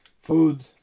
food